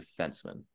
defenseman